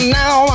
now